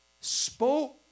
spoke